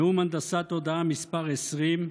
נאום הנדסת תודעה מס' 20,